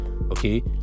okay